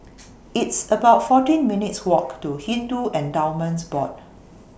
It's about fourteen minutes' Walk to Hindu Endowments Board